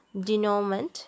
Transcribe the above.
denouement